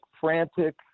frantic –